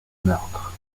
meurtre